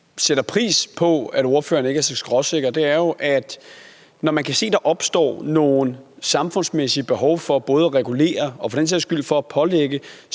sætter pris på, at ordføreren ikke er så skråsikker, er jo, at når man kan se, at der opstår nogle samfundsmæssige behov for både at regulere og for den sags skyld for at pålægge